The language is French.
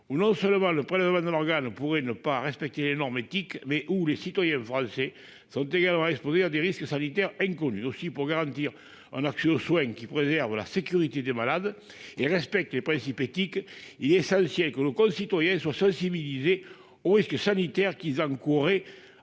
incontrôlé où le prélèvement d'organes pourrait ne pas respecter les normes éthiques et où les citoyens français sont exposés à des risques sanitaires inconnus. Pour garantir un accès aux soins qui préserve la sécurité des malades et respecte les principes éthiques, il est essentiel que nos concitoyens soient sensibilisés aux risques sanitaires qu'ils encourraient